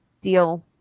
deal